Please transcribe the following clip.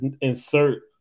insert